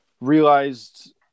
realized